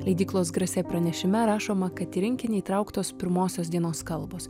leidyklos grasė pranešime rašoma kad į rinkinį įtrauktos pirmosios dienos kalbos